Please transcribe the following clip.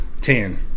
Ten